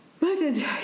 Murdered